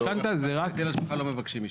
משכנתא זה רק --- על היטל השבחה לא מבקשים אישור.